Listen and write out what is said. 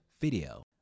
video